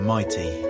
Mighty